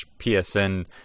psn